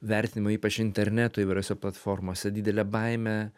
vertinimų ypač interneto įvairiose platformose didelė baimė